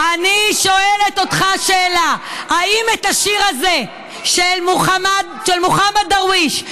אני שואלת אותך שאלה: האם את השיר הזה של מחמוד דרוויש,